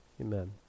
amen